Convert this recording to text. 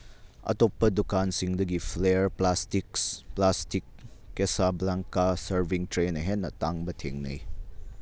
ꯑꯇꯣꯞꯄ ꯗꯨꯀꯥꯟꯁꯤꯡꯗꯒꯤ flyer plastic ꯀꯦꯁꯥꯕ꯭ꯂꯪꯀꯥ ꯁꯔꯚꯤꯁ ꯇ꯭ꯔꯦꯅ ꯍꯦꯟꯅ ꯇꯥꯡꯕ ꯊꯦꯡꯅꯩ